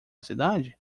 cidade